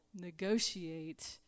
negotiate